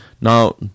Now